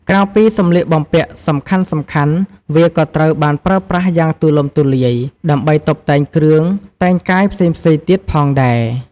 ក្រៅពីសម្លៀកបំពាក់សំខាន់ៗវាក៏ត្រូវបានប្រើប្រាស់យ៉ាងទូលំទូលាយ ដើម្បីតុបតែងគ្រឿងតែងកាយផ្សេងៗទៀតផងដែរ។